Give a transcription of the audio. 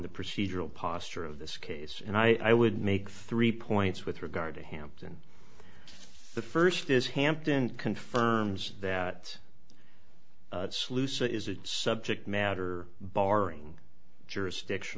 the procedural posture of this case and i would make three points with regard to hampton the st is hampton confirms that sluice is a subject matter barring jurisdiction